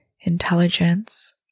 intelligence